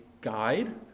guide